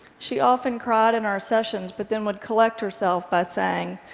she often cried in our sessions, but then would collect herself by saying,